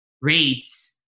rates